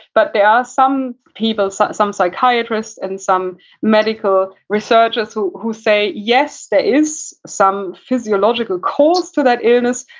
but, there are some people, some some psychiatrist, and some medical researchers who who say yes, there is some physiological cause to that illness,